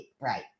Right